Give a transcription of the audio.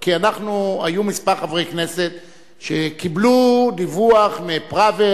היו כמה חברי כנסת שקיבלו דיווח מפראוור